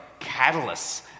catalysts